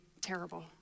terrible